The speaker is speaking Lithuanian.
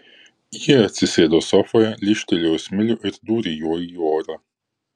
ji atsisėdo sofoje lyžtelėjo smilių ir dūrė juo į orą